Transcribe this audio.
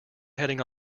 heading